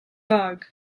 bug